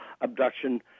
abduction